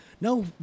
No